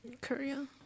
Korea